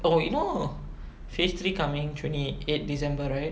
oh you know phase three coming twenty eight december right